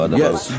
yes